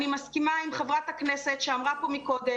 אני מסכימה עם חברת הכנסת שאמרה פה מקודם